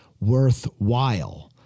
worthwhile